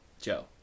Joe